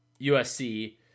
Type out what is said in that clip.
USC